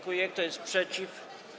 Kto jest przeciw?